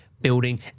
building